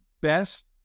best